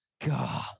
God